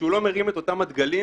וכשהוא לא מרים את אותם הדגלים,